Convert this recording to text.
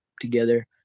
together